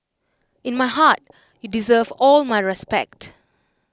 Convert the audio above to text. in my heart you deserve all my respect